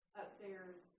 upstairs